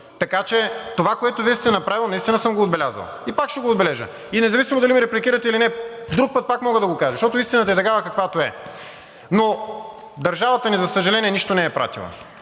Така че това, което Вие сте направили, наистина съм го отбелязал и пак ще го отбележа. Независимо дали ме репликирате или не, друг път пак мога да го кажа, защото истината е такава, каквато е. Държавата ни, за съжаление, нищо не е пратила.